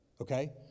okay